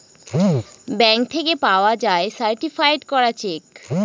bank থেকে পাওয়া যায় সার্টিফায়েড করা চেক